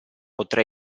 potrà